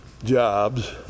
jobs